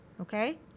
okay